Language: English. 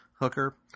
hooker